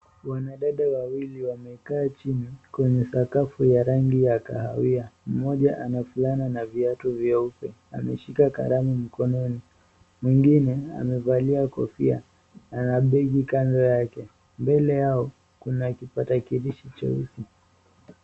Wanadada wawili wamekaa chini kwenye sakafu ya rangi ya kahawia, mmoja amevaa fulana na viatu vyeusi na ameshika kalamu mkononi. Mwingine amevalia kofia na begi kando yake, mbele ya kuna kipakatalishi cheusi.